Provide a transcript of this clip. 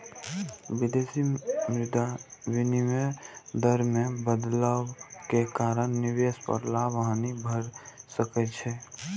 विदेशी मुद्रा विनिमय दर मे बदलाव के कारण निवेश पर लाभ, हानि भए सकै छै